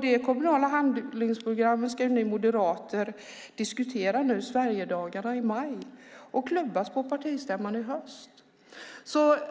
Det kommunala handlingsprogrammet ska ju ni moderater diskutera nu under Sverigedagarna i maj och klubba på partistämman i höst.